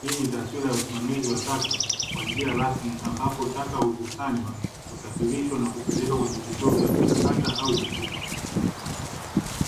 hii ni taswira ya usimamizi wa taka kwa njia rasmi ambapo taka ukusanywa, kusafirishwa na kupelekwa kwenye vituo vya kuchakata au kutupa.